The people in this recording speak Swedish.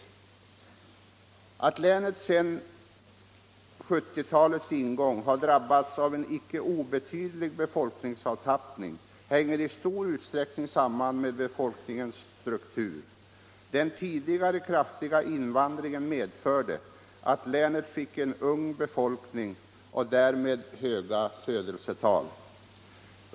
Länet har sedan 1970-talets ingång drabbats av en icke obetydlig befolkningsavtappning. Det hänger i stor utsträckning samman med befolkningens struktur. Den tidigare kraftiga invandringen medförde att länet fick en ung befolkning och därmed höga födelsetal.